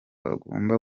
agomba